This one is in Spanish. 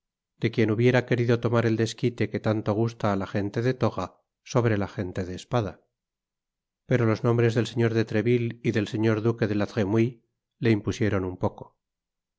de quien hubiera querido tomar el desquite que tanto gusta á la gente de toga sobre la gente de espada pero los nombres del sefior de treville y del señor duque de la tremouille le impusieron un poco